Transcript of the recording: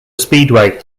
speedway